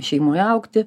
šeimoje augti